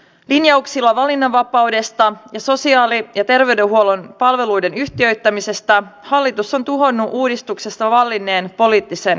linjauksilla valinnanvapaudesta ja sosiaali ja terveydenhuollon palveluiden yhtiöittämisestä hallitus on tuhonnut uudistuksesta vallinneen poliittisen yhteisymmärryksen